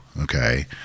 Okay